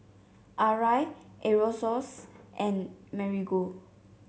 Arai Aerosoles and Marigold